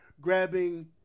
grabbing